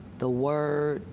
the word,